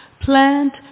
plant